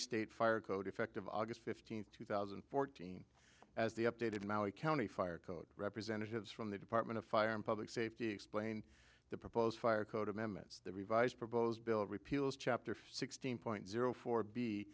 state fire code effective august fifteenth two thousand and fourteen as the updated county fire code representatives from the department of fire and public safety explain the proposed fire code amendments the revised proposed bill repeals chapter sixteen point zero four